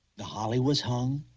the holly was hung.